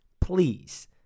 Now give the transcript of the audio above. please